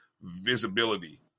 visibility